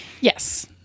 Yes